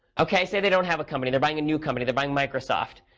ok. say they don't have a company. they're buying a new company. they're buying microsoft.